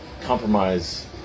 compromise